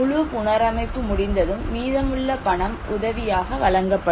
முழு புனரமைப்பு முடிந்ததும் மீதமுள்ள பணம் உதவி ஆக வழங்கப்படும்